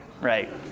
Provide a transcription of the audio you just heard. right